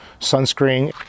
sunscreen